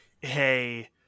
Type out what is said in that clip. hey